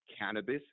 cannabis